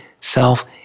self